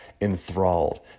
enthralled